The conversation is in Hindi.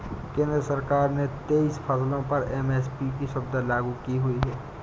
केंद्र सरकार ने तेईस फसलों पर एम.एस.पी की सुविधा लागू की हुई है